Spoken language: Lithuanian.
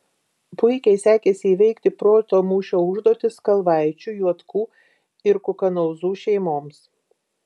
puikiai sekėsi įveikti proto mūšio užduotis kalvaičių juotkų ir kukanauzų šeimoms